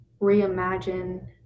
reimagine